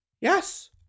Yes